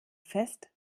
fest